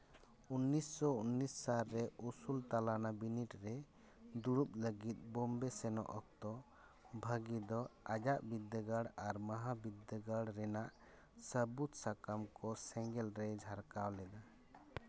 ᱩᱱᱤᱥᱥᱚ ᱩᱱᱤᱥ ᱥᱟᱞᱨᱮ ᱩᱥᱩᱞ ᱛᱟᱱᱟᱞᱟ ᱵᱤᱱᱤᱰᱨᱮ ᱫᱩᱲᱩᱵ ᱞᱟᱹᱜᱤᱫ ᱵᱳᱢᱵᱮ ᱥᱮᱱᱚᱜ ᱚᱠᱛᱚ ᱵᱷᱟᱹᱜᱤ ᱫᱚ ᱟᱭᱟᱜ ᱵᱤᱫᱽᱫᱟᱹᱜᱟᱲ ᱟᱨ ᱢᱟᱦᱟ ᱵᱤᱫᱽᱫᱟᱹᱜᱟᱲ ᱨᱮᱱᱟᱜ ᱥᱟᱹᱵᱩᱫᱽ ᱥᱟᱠᱟᱢ ᱠᱚ ᱥᱮᱸᱜᱮᱞ ᱨᱮᱭ ᱡᱷᱟᱨᱠᱟᱣ ᱞᱮᱫᱟ